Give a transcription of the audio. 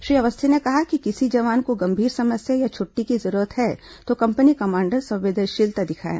श्री अवस्थी ने कहा कि किसी जवान को गंभीर समस्या या छट्टी की जरूरत है तो कंपनी कमांडर संवेदनशीलता दिखाएं